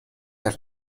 حرف